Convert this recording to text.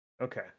Okay